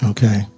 Okay